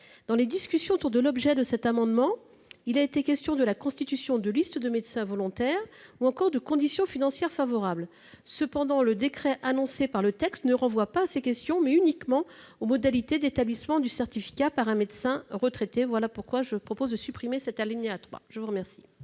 Dans les discussions autour de l'objet de cet amendement, il a été question de la constitution de listes de médecins volontaires, ou encore de conditions financières favorables. Cependant, le décret annoncé dans le texte ne renvoie pas à ces questions, mais uniquement aux modalités d'établissement du certificat par un médecin retraité. C'est pourquoi je propose de supprimer l'alinéa 3 de l'article